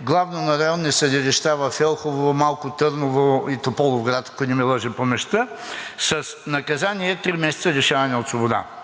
главно на районни съдилища в Елхово, Малко Търново и Тополовград, ако не ме лъже паметта, с наказание 3 месеца лишаване от свобода.